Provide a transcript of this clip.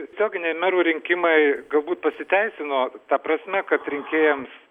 tiesioginiai merų rinkimai galbūt pasiteisino ta prasme kad rinkėjams